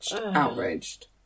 outraged